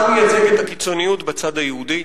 אתה מייצג את הקיצוניות בצד היהודי,